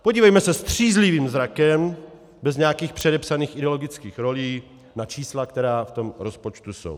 Podívejme se střízlivým zrakem, bez nějakých předepsaných ideologických rolí, na čísla, která v tom rozpočtu jsou.